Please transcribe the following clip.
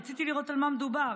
רציתי לראות על מה מדובר,